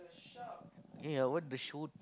ya what the shoot